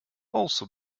also